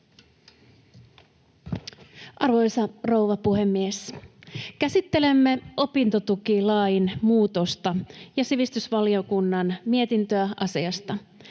Arvoisa rouva puhemies! Käsittelemme opintotukilain muutosta ja sivistysvaliokunnan mietintöä asiasta.